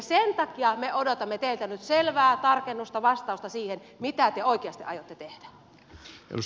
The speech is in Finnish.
sen takia me odotamme teiltä nyt selvää tarkennusta vastausta siihen mitä te oikeasti aiotte tehdä